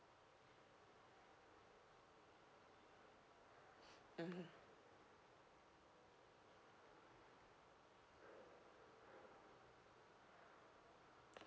mmhmm